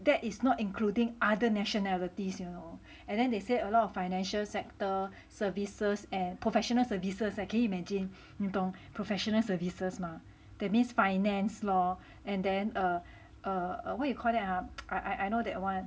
that is not including other nationalities you know and then they say a lot of financial sector services and professional services eh can you imagine 你懂 professional services mah that means finance law and then err err what you call that ah I I know that one